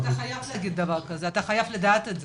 אז אתה חייב לדעת את זה.